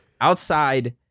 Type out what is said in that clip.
Outside